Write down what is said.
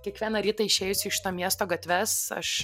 kiekvieną rytą išėjus į šito miesto gatves aš